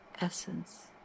essence